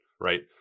right